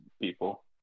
people